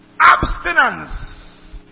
Abstinence